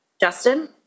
justin